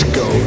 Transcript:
go